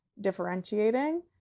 differentiating